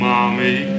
Mommy